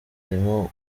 arimo